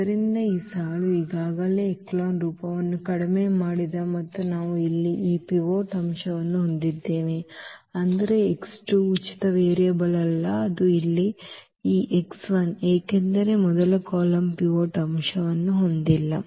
ಆದ್ದರಿಂದ ಈ ಸಾಲು ಈಗಾಗಲೇ ಎಚೆಲಾನ್ ರೂಪವನ್ನು ಕಡಿಮೆ ಮಾಡಿದೆ ಮತ್ತು ನಾವು ಇಲ್ಲಿ ಈ ಪಿವೋಟ್ ಅಂಶವನ್ನು ಹೊಂದಿದ್ದೇವೆ ಅಂದರೆ ಈ ಉಚಿತ ವೇರಿಯಬಲ್ ಅಲ್ಲ ಆದರೆ ಇಲ್ಲಿ ಈ ಏಕೆಂದರೆ ಮೊದಲ ಕಾಲಮ್ ಪಿವೋಟ್ ಅಂಶವನ್ನು ಹೊಂದಿಲ್ಲ